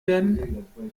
werden